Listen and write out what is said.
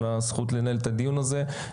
על הזכות לנהל את הדיון הזה.